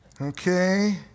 Okay